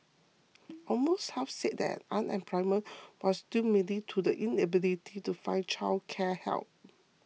almost half said their unemployment was due mainly to the inability to find childcare help